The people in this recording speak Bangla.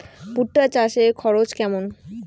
ভুট্টা চাষে খরচ কেমন?